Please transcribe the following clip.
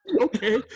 okay